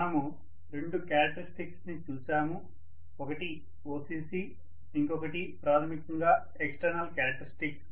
మనము రెండు కారక్టర్య్స్టిక్స్ ని చూసాము ఒకటి OCC ఇంకొకటి ప్రాథమికంగా ఎక్స్టర్నల్ కారక్టర్య్స్టిక్స్